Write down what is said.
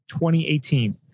2018